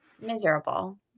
miserable